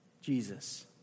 Jesus